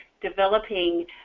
developing